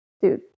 dude